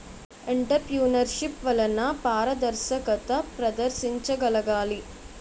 entrepreneurship వలన పారదర్శకత ప్రదర్శించగలగాలి